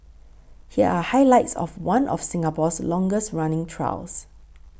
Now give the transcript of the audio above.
here are highlights of one of Singapore's longest running trials